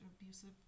abusive